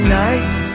nights